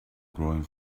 growing